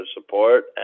support